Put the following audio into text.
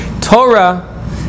Torah